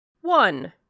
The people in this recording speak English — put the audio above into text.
One